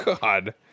God